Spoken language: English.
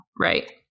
right